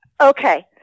Okay